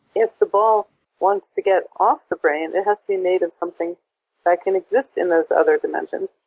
if the ball wants to get off the brane, it has to be made of something that can exist in those other dimensions.